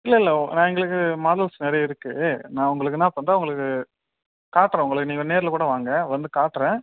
இல்லை இல்லை நான் எங்களுக்கு மாடல்ஸ் நிறைய இருக்கு நான் உங்களுக்கு என்ன பண்ணுறேன் உங்களுக்கு காட்டுறேன் உங்களுக்கு நீங்கள் நேரில் கூட வாங்க வந்து காட்டுறேன்